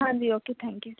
ਹਾਂਜੀ okay thank you ਜੀ